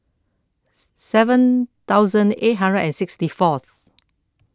seven thousand eight hundred and sixty fourth